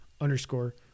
underscore